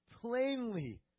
plainly